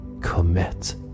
commit